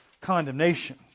condemnation